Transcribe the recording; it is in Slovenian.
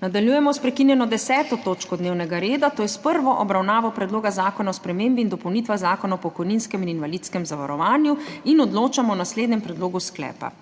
Nadaljujemo s prekinjeno 10. točko dnevnega reda, to je s prvo obravnavo Predloga zakona o spremembi in dopolnitvah Zakona o pokojninskem in invalidskem zavarovanju. Odločamo o naslednjem predlogu sklepa: